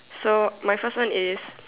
so my first one is